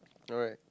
okay